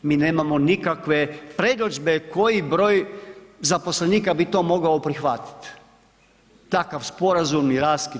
Mi nemamo nikakve predodžbe koji broj zaposlenika bi to mogao prihvatiti, takav sporazumni raskid.